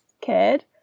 kid